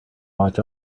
watch